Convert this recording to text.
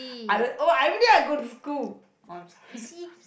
I~ I ever day I go to school oh I'm sorry